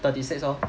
thirty six lor